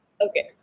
Okay